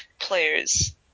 players